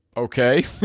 Okay